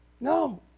No